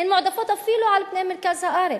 הן מועדפות אפילו על פני מרכז הארץ.